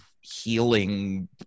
healing